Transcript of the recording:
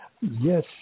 Yes